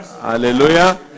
hallelujah